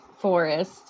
forest